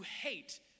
hate